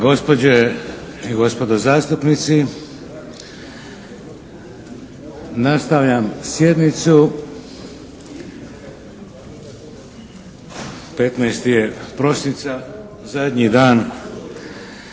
Gospođe i gospodo zastupnici, nastavljam sjednicu. 15. je prosinca, zadnji dan